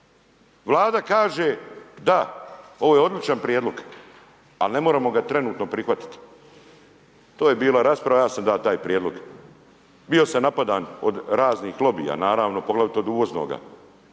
Vlada kaže, da, ovo je odličan prijedlog, ali ne moramo ga trenutno prihvatiti. To je bila rasprava ja sam dao taj prijedlog. Bio sam napadan od raznih lobija, naravno, poglavito od uvoznoga.